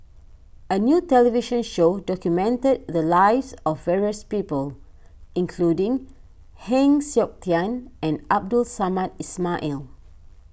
a new television show documented the lives of various people including Heng Siok Tian and Abdul Samad Ismail